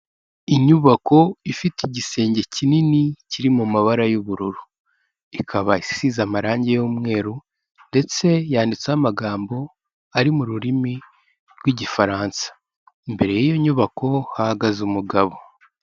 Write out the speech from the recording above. Inyubako ifite igisenge kinini kiri mu mabara y'ubururu, ikaba isize amarangi y'umweru ndetse yanditseho amagambo ari mu rurimi rw'Igifaransa, imbere y'iyo nyubako hahagaze umugabo.